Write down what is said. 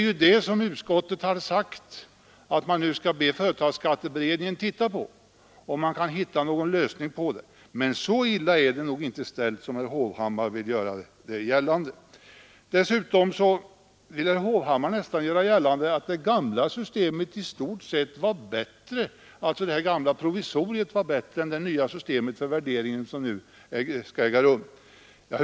Men just det har utskottet sagt att man nu skall be företagsskatteberedningen att titta på för att se om den kan hitta någon lösning. Så illa är det nog ändå inte ställt som herr Hovham mar vill påstå. Dessutom ville herr Hovhammar nästan göra gällande att det gamla provisoriet i stort var bättre än det nya system för värderingen som nu skall tillämpas.